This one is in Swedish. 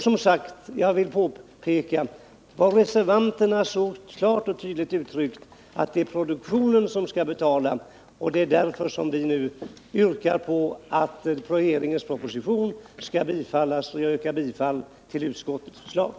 Som sagt: Jag vill understryka vad reservanterna så klart och tydligt uttryckt, att det är produktionen som skall betala. Det är därför som vi nu yrkar att regeringens proposition skall bifallas. Jag yrkar bifall till utskottets hemställan.